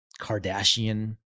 Kardashian